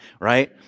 Right